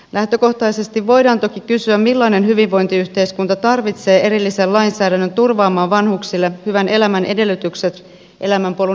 lähtökohtaisesti voidaan toki kysyä millainen hyvinvointiyhteiskunta tarvitsee erillisen lainsäädännön turvaamaan vanhuksille hyvän elämän edellytykset elämänpolun ehtoopuolella